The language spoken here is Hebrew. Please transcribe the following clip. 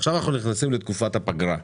עכשיו אנחנו נכנסים לתקופת הפגרה.